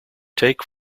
take